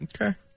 Okay